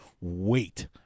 wait